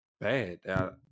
bad